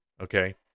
okay